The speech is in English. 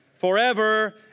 Forever